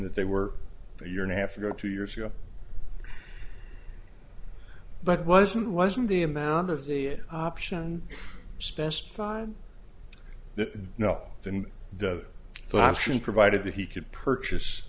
that they were a year and a half ago two years ago but wasn't wasn't the amount of the option specified the no than the boston provided that he could purchase